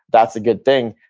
that's a good thing.